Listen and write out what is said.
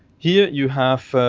here you have